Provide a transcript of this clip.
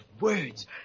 words